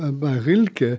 ah by rilke ah